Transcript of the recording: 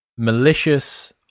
malicious